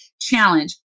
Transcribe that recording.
challenge